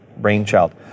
brainchild